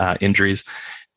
injuries